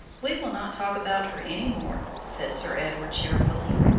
we will not talk about her any more, said sir edward cheerfully.